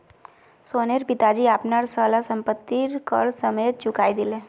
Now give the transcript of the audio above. सोहनेर पिताजी अपनार सब ला संपति कर समयेत चुकई दिले